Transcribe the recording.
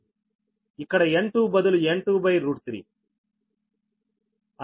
ఇక్కడ N2బదులు N23